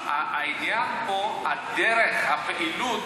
אבל העניין פה זה הדרך, הפעילות,